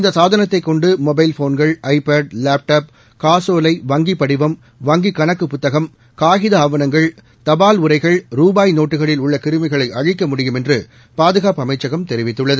இந்த சாதனைத்தை கொண்டு மொபைல் போன்கள் ஐபேட் லேப்டாப் காசோலை வங்கி படிவம் வங்கி கணக்கு புத்தகம் காகித ஆவணங்கள் தபால் உறைகள் ரூபாய் நோட்டுகளில் உள்ள கிருமிகளை அழிக்க முடியும் என்று பாதுகாப்பு அமைச்சகம் தெரிவித்துள்ளது